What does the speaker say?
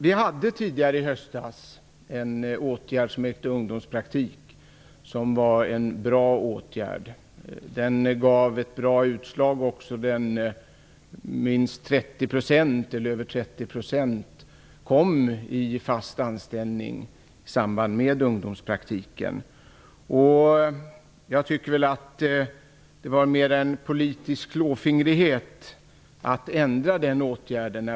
Vi hade tidigare i höstas en åtgärd som hette ungdomspraktik. Det var en bra åtgärd. Den gav också ett bra utslag. Över 30 % kom i fast anställning i samband med ungdomspraktiken. Det var mer en politisk klåfingrighet att ändra den åtgärden.